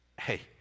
Hey